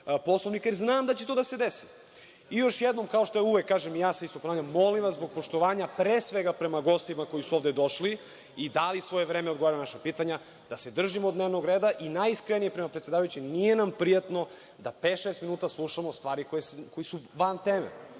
Poslovnika, jer znam da će to da se desi. Još jednom, kao što uvek kažem, i ja se isto ponavljam, molim vas zbog poštovanja pre svega prema gostima koji su ovde došli i dali svoje vreme, odgovaraju na naša pitanja, da se držimo dnevnog reda i najiskrenije prema predsedavajućem, nije nam prijatno da pet, šest minuta slušamo stvari koje su van teme.